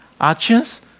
actions